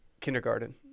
kindergarten